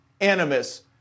animus